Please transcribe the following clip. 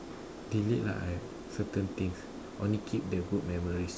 delete lah certain things only keep the good memories